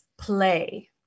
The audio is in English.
play